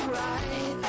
right